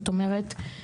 זאת אומרת,